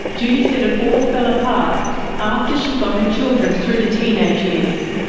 judy said it all fell apart after she got her children through the teenage years.